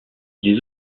les